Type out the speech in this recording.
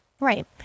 Right